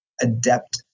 adept